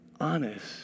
honest